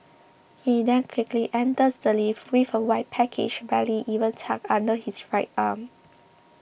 he then quickly enters the lift with a white package barely even tucked under his right arm